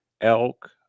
elk